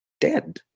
dead